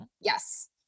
Yes